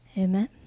Amen